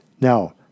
Now